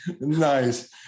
Nice